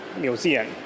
Museum